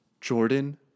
Jordan